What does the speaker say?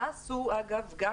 מה עשו